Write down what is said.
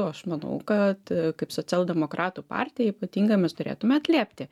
aš manau kad kaip socialdemokratų partija ypatingai mes turėtume atliepti